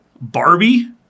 Barbie